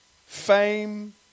fame